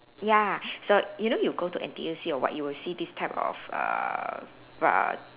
ya so you know you go to N_T_U_C or what you will see this type of uh uh